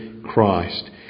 Christ